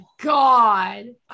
god